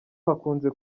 hakunze